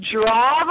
draw